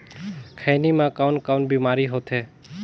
खैनी म कौन कौन बीमारी होथे?